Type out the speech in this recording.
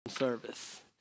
service